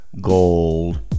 gold